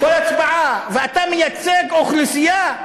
ואתה מייצג אוכלוסייה.